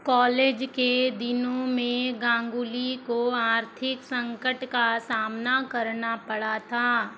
college के दिनों मे गांगुली को आर्थिक संकट का सामना करना पड़ा था